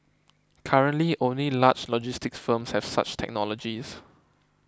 currently only large logistics firms have such technologies